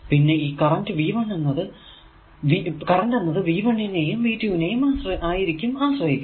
പിന്നെ ഈ കറന്റ് എന്നത് V1 നെയും V2നെയും ആയിരിക്കും ആശ്രയിക്കുക